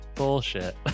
Bullshit